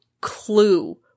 clue